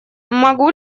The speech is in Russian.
могу